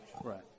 Right